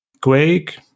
quake